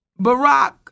Barack